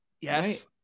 yes